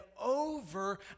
over